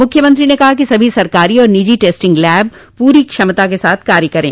मुख्यमंत्री ने कहा कि सभी सरकारी तथा निजी टेस्टिंग लैब पूरी क्षमता के साथ कार्य करें